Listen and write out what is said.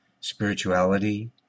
spirituality